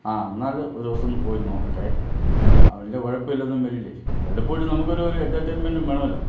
ആ എന്നാല് ഒരു ദിവസം ഒന്ന് പോയി നോക്കട്ടെ ആ വലിയ കുഴപ്പമില്ലെന്നും വരില്ലെ വല്ലപ്പോഴും നമുക്കൊരു ഒരു എൻറ്റർറ്റെയിൻമെൻറ്റും വേണമല്ലോ